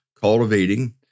cultivating